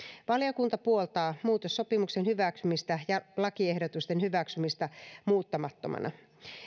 valiokunta puoltaa muutossopimuksen hyväksymistä ja lakiehdotusten hyväksymistä muuttamattomina